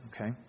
Okay